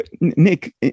Nick